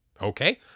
Okay